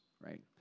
right